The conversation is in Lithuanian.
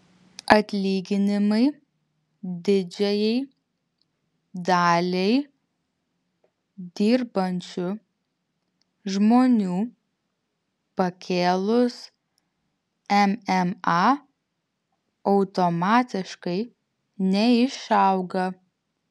atlyginimai didžiajai daliai dirbančių žmonių pakėlus mma automatiškai neišauga